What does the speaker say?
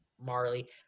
Marley